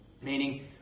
Meaning